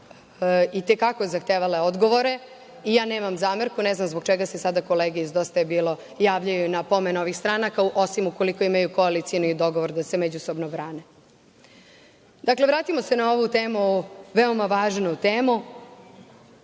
i te kako zahtevale odgovore i ja nemam zamerku. Ne znam zbog čega se sada kolege iz Dosta je bilo javljaju na pomen ovih stranaka, osim ukoliko imaju koalicioni dogovor da se međusobno brane. Dakle, vratimo se na ovu temu, veoma važnu temu.